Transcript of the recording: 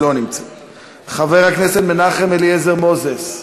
לא נמצאת, חבר הכנסת מנחם אליעזר מוזס,